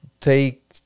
take